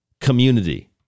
community